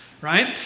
Right